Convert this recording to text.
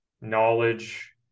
knowledge